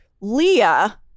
Leah